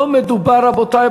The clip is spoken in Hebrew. לא מדובר, רבותי,